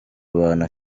abantu